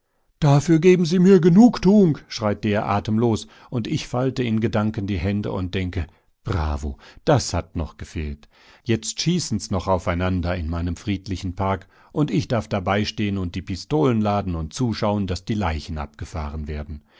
dafür geben sie mir genugtuung schreit der atemlos und ich falte in gedanken die hände und denke mir bravo das hat noch gefehlt jetzt schießen's noch aufeinander in meinem friedlichen park und ich darf dabeistehen und die pistolen laden und zuschauen daß die leichen abgefahren werden